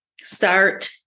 start